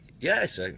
Yes